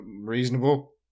reasonable